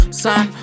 sun